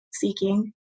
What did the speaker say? seeking